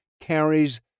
carries